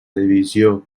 divisió